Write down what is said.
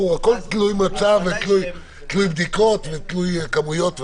הכל תלוי מצב ותלוי בדיקות ותלוי כמויות,